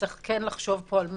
צריך לחשוב פה על משהו.